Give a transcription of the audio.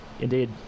Indeed